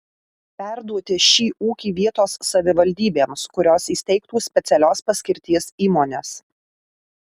perduoti šį ūkį vietos savivaldybėms kurios įsteigtų specialios paskirties įmones